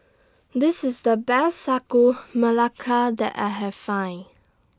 This IS The Best Sagu Melaka that I Have Find